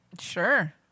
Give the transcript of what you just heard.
Sure